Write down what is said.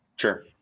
Sure